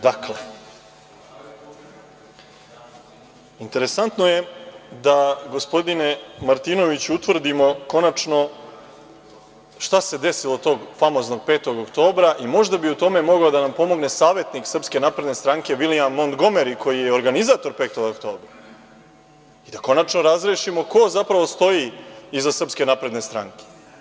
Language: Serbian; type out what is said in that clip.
Dakle, interesantno je da, gospodine Martinoviću, utvrdimo konačno šta se desilo tog famoznog 5. oktobra i možda bi u tome mogao da nam pomogne savetnik Srpske napredne stranke Vilijam Montgomeri koji je organizator 5. oktobra, da konačno razrešimo ko zapravo stoji iza Srpske napredne stranke.